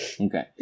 Okay